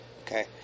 Okay